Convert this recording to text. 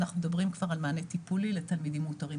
אנחנו מדברים כבר על מענה טיפולי לתלמידים מאותרים,